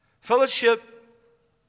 Fellowship